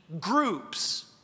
groups